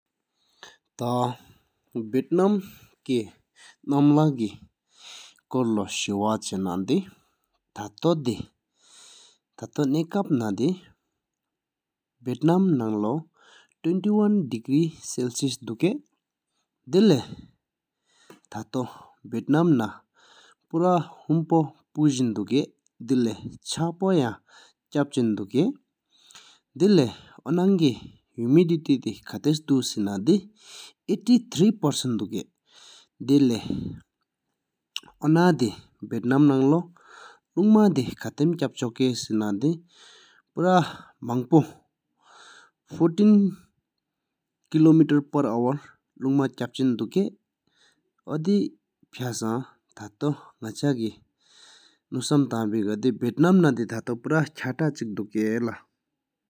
ཐ བེཊི་ནཱམ་ཀེ ནམ་ལ་ཀེ སྐོར་ལོ་ཤུ་དབུག ཆབ་ན་ཌེ་ཐར་ཏོ་དེ་ཐར་ཏི་ན་ཀ་ད་ནཌེ བེཊི་ནཱམ་ནང་ལོ་ཉི་ཤུ་གཅིག་སྤ་རི་གཉིས་ཨ་དུག་པ་ཀང་དབུག་ཏེ། དེ་ལ་ཐར་ཏོ་བེཊི་ནཱམ་རླུང་མ་པོ་ཕུ་སྤྱིངས་དུག་གཉིས་ཌབུག་ནྗམ་དེ་ཕའི་པོ་ང་འབང་ཀི་ཌབུག་། ཌབུད་ཨོ་ནང་གང་སུ་དེ་ཉི་ཐུ་གྱིས་རླུང་མ་པོ་ལམ་ཤོས་གཉིས་དབྷོ་ཐི་པོ་ལམ་ལིང་ཐོམ་ཀེ་འབང་ཀི་ཌབུག་། གྲུ་དོ་ཕའི་སུ་ལེ་མ་དོ་ནམས་གང་སུ་རྒྱུན་ལྡོར་འཇཱཔ་དེ་འབུག་ཀུ་བེཊི་ནཱམ་རླུང་མ་མཱ་སློས།